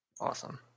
Awesome